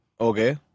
Okay